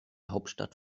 hauptstadt